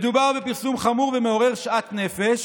מדובר בפרסום חמור ומעורר שאט נפש